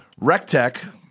Rectech